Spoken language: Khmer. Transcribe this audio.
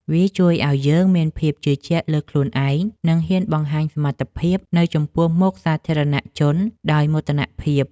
វាជួយឱ្យយើងមានភាពជឿជាក់លើខ្លួនឯង និងហ៊ានបង្ហាញសមត្ថភាពនៅចំពោះមុខសាធារណជនដោយមោទនភាព។